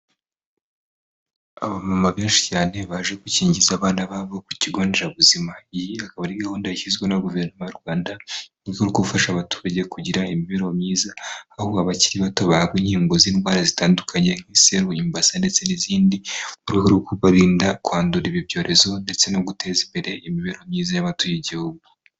Abamama benshi cyane baje gukingiza abana babo ku kigonderabuzima. Iyi akaba ari gahunda yashyizweho na guverinoma y' Rwanda ije gufasha abaturage kugira imibereho myiza, ahubwo abakiri bato bahabwa inkingo z'indwara zitandukanye nk'iseru, imbasa ndetse n'izindi mu rwego rwo kubarinda kwandura ibi byorezo ndetse no guteza imbere imibereho myiza y'abatuye igihugu.